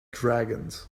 dragons